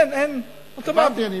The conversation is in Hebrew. אין, אוטומטית.